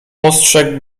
ostrzegł